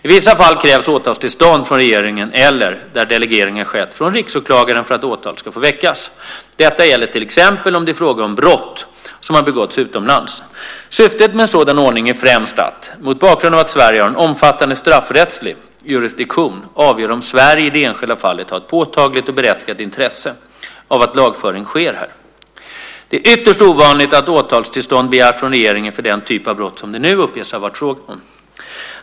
I vissa fall krävs åtalstillstånd från regeringen eller - där delegering har skett - från riksåklagaren för att åtal ska få väckas. Detta gäller till exempel om det är fråga om brott som har begåtts utomlands. Syftet med en sådan ordning är främst att - mot bakgrund av att Sverige har en omfattande straffrättslig jurisdiktion - avgöra om Sverige i det enskilda fallet har ett påtagligt och berättigat intresse av att lagföring sker här. Det är ytterst ovanligt att åtalstillstånd begärs från regeringen för den typ av brott som det nu uppges ha varit fråga om.